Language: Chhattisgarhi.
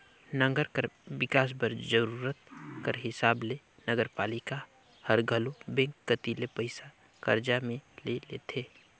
नंगर कर बिकास बर जरूरत कर हिसाब ले नगरपालिका हर घलो बेंक कती ले पइसा करजा में ले लेथे